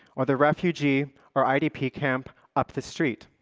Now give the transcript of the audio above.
or the refugee or idp camp up the street,